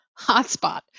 hotspot